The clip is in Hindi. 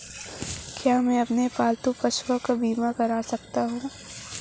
क्या मैं अपने पालतू पशुओं का बीमा करवा सकता हूं?